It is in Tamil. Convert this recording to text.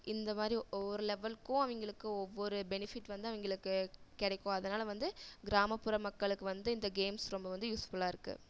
இந்த மாதிரி ஒவ்வொரு லெவல்க்கும் அவங்களுக்கு ஒவ்வொரு பெனிஃபிட் வந்து அவங்களுக்கு கிடைக்கும் அதனால் வந்து கிராமப்புற மக்களுக்கு வந்து இந்த கேம்ஸ் ரொம்ப வந்து யூஸ்ஃபுல்லாக இருக்கு